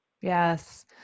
Yes